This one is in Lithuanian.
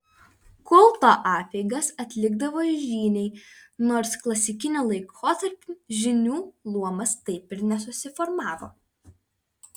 kulto apeigas atlikdavo žyniai nors klasikiniu laikotarpiu žynių luomas taip ir nesusiformavo